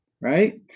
right